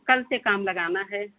कल से काम लगाना है